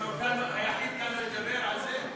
היחיד כאן, לא אדבר על זה?